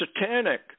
Satanic